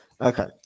okay